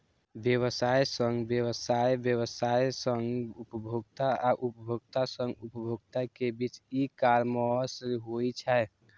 व्यवसाय सं व्यवसाय, व्यवसाय सं उपभोक्ता आ उपभोक्ता सं उपभोक्ता के बीच ई कॉमर्स होइ छै